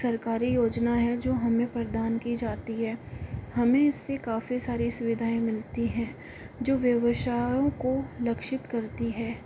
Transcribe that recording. सरकारी योजना है जो हमें प्रदान की जाती है हमें इस से काफ़ी सारी सुविधाएं मिलती हैं जो व्यवसायों को लक्षित करती है